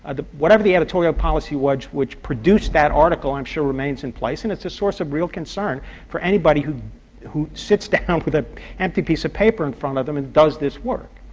ah whatever the editorial policy was which produced that article, i'm sure remains in place, and it's a source of real concern for anybody who who sits down with an empty piece of paper in front of them and does this work.